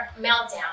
meltdown